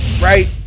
right